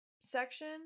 section